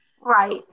Right